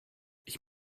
ich